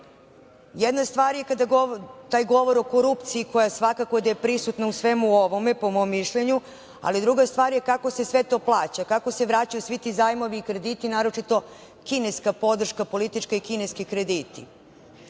Jedna je stvar kada taj govor o korupciji, koja je svakako prisutna u svemu ovome, po mom mišljenju, ali druga je stvar kako se sve to plaća, kako se vraćaju svi ti zajmovi i krediti, naročito kineska podrška, politička i kineski krediti. Plaćaju